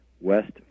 West